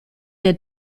der